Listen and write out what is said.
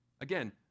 Again